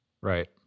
Right